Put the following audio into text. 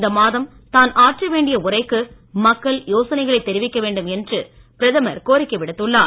இந்த மாதம் தான் ஆற்ற வேண்டிய உரைக்கு மக்கள் யோசனைகைளை தெரிவிக்க வேண்டும் என்று பிரதமர் கோரிக்கை விடுத்துள்ளார்